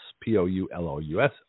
P-O-U-L-O-U-S